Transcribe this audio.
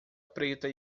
preta